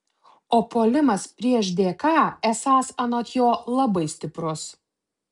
o puolimas prieš dk esąs anot jo labai stiprus